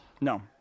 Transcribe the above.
No